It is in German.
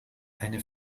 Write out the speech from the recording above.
eine